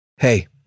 Hey